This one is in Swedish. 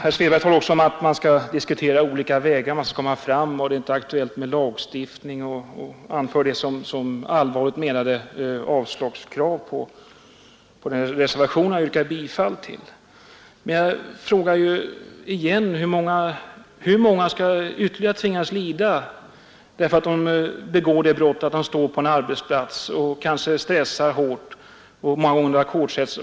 Herr Svedberg talade också om att man skall diskutera olika vägar och att det inte är aktuellt med lagstiftning, och han anförde det som allvarligt menade motiv för avslag på yrkandet i reservationen. Jag frågar igen: Hur många ytterligare skall tvingas lida, därför att de begår brottet — många gånger under inverkan av ackordshets — att göra illa sig i arbetet?